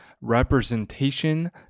representation